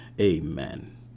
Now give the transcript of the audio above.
amen